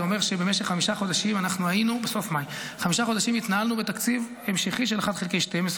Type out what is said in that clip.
זה אומר שבמשך חמישה חודשים התנהלנו בתקציב המשכי של אחד חלקי 12,